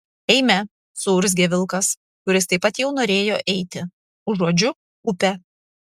eime suurzgė vilkas kuris taip pat jau norėjo eiti užuodžiu upę